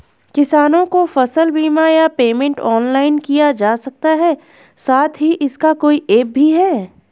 किसानों को फसल बीमा या पेमेंट ऑनलाइन किया जा सकता है साथ ही इसका कोई ऐप भी है?